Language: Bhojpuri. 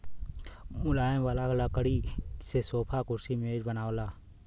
मुलायम वाला लकड़ी से सोफा, कुर्सी, मेज बनला